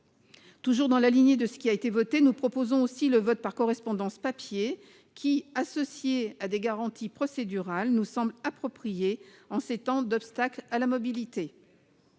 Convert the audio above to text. Toujours dans la lignée de ce qui a été voté, nous proposons aussi le vote par correspondance sur support papier qui, associé à des garanties procédurales, nous semble approprié en ces temps d'obstacles à la mobilité.